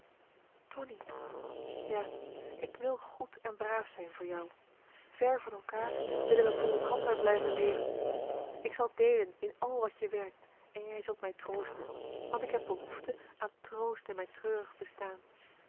tonie ja ik wil goed en braaf zijn voor jou marcellus emants een drietal novellen ver van elkaar willen wij voor elkander blijven leven ik zal deelen in al wat je werkt en jij zult mij troosten want ik heb behoefte aan troost in mijn treurig bestaan